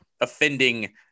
offending